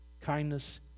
kindness